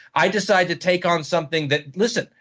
i decide to take on something that listen,